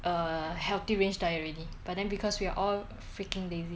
err healthy range diet already but then because we are all freaking lazy